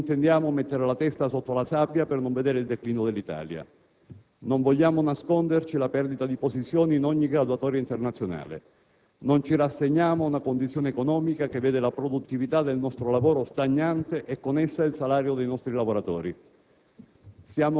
Noi non intendiamo mettere la testa sotto la sabbia per non vedere il declino dell'Italia; non vogliamo nasconderci la perdita di posizioni in ogni graduatoria internazionale; non ci rassegniamo a una condizione economica che vede la produttività del nostro lavoro stagnante, e con essa il salario dei nostri lavoratori.